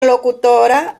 locutora